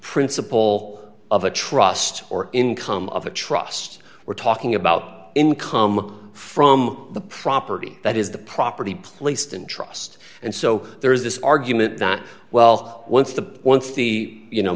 principal of a trust or income of a trust we're talking about income from the property that is the property placed in trust and so there is this argument that well once the once the you know